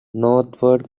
northward